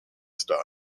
style